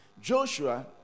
Joshua